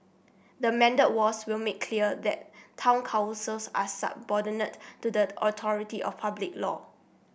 the amended laws will make clear that town councils are subordinate to the authority of public law